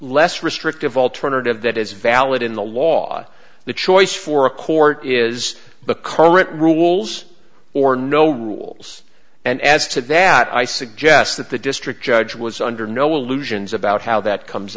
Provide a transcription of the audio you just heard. less restrictive alternative that is valid in the law the choice for a court is the current rules or no rules and as to that i suggest that the district judge was under no illusions about how that comes